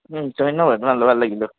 ধন্যবাদ ভাল ভাল লাগিলে